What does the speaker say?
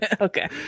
Okay